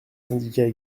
syndicats